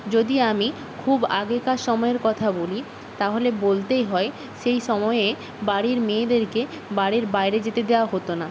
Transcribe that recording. যদি আমি খুব আগেকার সময়ের কথা বলি তাহলে বলতেই হয় সেই সময়ে বাড়ির মেয়েদেরকে বাড়ির বাইরে যেতে দেওয়া হত না